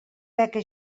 beca